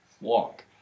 walk